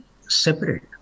separate